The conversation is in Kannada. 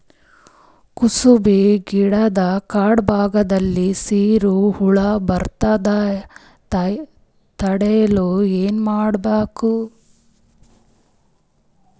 ಕುಸುಬಿ ಗಿಡದ ಕಾಂಡ ಭಾಗದಲ್ಲಿ ಸೀರು ಹುಳು ಬರದಂತೆ ತಡೆಯಲು ಏನ್ ಮಾಡಬೇಕು?